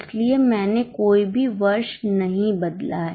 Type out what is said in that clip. इसलिए मैंने कोई भी वर्ष नहीं बदला है